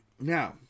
Now